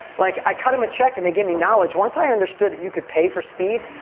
like, i cut them a check and they give me knowledge. once i understood that you could pay for speed,